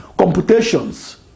computations